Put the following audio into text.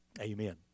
Amen